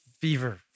fever